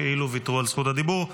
כאילו ויתרו על זכות הדיבור.